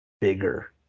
bigger